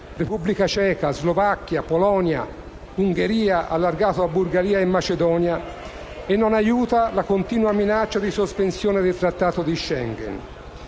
(Repubblica Ceca, Slovacchia, Polonia e Ungheria), allargato a Bulgaria e Macedonia e non aiuta la continua minaccia di sospensione del Trattato di Schengen.